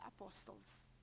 apostles